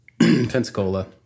Pensacola